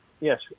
yes